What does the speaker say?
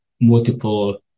multiple